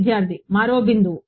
విద్యార్థి మరో బిందువు